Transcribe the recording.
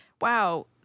Wow